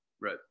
Right